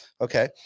Okay